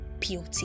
Beauty